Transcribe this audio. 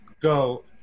go